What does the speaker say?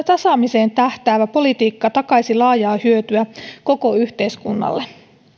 tasaamiseen tähtäävä politiikka takaisi laajaa hyötyä koko yhteiskunnalle